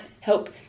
help